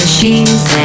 Machines